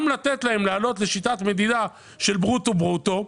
לתת להם לעבור לשיטת מדידה של ברוטו-ברוטו.